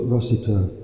Rossiter